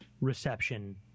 reception